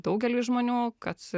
daugeliui žmonių kad